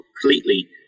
completely